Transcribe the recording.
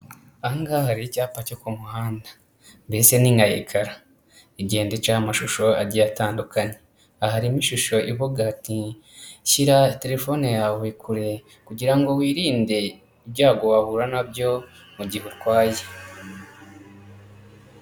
Aha ngaha hari icyapa cyo ku muhanda mbese ni nka ekara igenda icaho amashusho agiye atandukanye, aha harimo ishusho ivuga iti shyira telefone yawe kure, kugira ngo wirinde ibyago wahura na byo mu gihe utwaye.